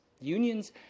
Unions